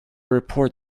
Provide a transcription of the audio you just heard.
report